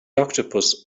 octopus